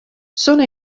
sono